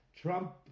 Trump